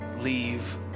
leave